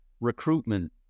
recruitment